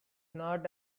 not